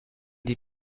die